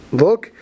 look